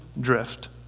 drift